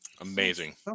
Amazing